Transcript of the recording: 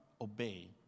obey